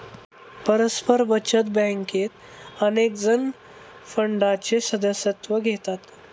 परस्पर बचत बँकेत अनेकजण फंडाचे सदस्यत्व घेतात